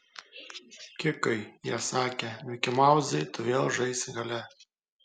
kikai jie sakė mikimauzai tu vėl žaisi gale